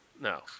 No